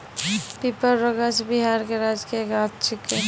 पीपर रो गाछ बिहार के राजकीय गाछ छिकै